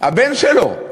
הבן שלו.